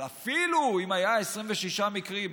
אבל אפילו אם היו 26 מקרים,